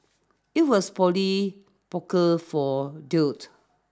it was Polly Poker for dudes